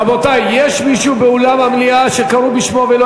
רבותי, יש מישהו באולם המליאה שקראו בשמו ולא